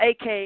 AK